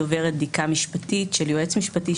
עוברת בדיקה משפטית של יועץ משפטי,